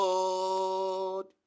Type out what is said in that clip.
Lord